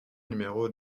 numéro